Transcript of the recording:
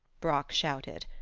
brock shouted.